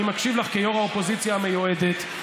כיו"ר האופוזיציה המיועדת,